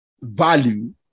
value